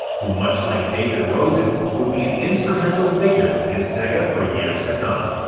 who much like david rosen would be an instrumental figure within sega for years to come.